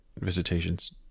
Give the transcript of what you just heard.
visitations